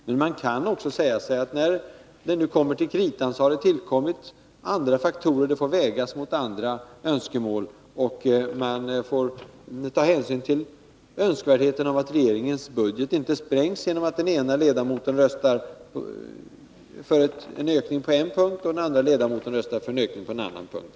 Men man kan också säga sig att det, när det kommit till kritan, har tillkommit andra faktorer. Man får göra en avvägning mot andra önskemål och ta hänsyn till önskvärdheten av att regeringens budget inte sprängs genom att den ena ledamoten röstar för en ökning på en punkt och den andra ledamoten för en ökning på en annan punkt.